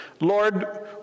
Lord